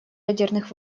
ядерных